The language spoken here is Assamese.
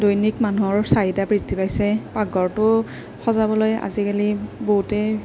দৈনিক মানুহৰ চাহিদা বৃদ্ধি পাইছে পাকঘৰটো সজাবলৈ আজিকালি বহুতে